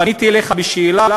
פניתי אליך בשאלה.